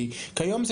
כי כיום זה